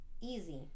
easy